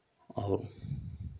और